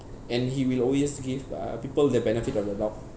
and he will always give uh people the benefit of the doubt